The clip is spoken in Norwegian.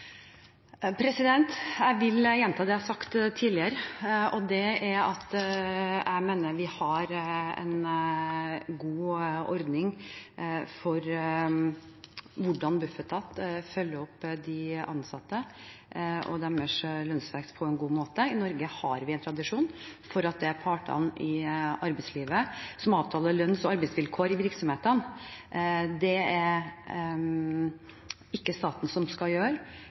Jeg vil gjenta det jeg har sagt tidligere: Jeg mener vi har en god ordning for hvordan Bufetat følger opp de ansatte og deres lønnsvekst på en god måte. I Norge har vi tradisjon for at det er partene i arbeidslivet som avtaler lønns- og arbeidsvilkår i virksomhetene, det er det ikke staten som skal gjøre.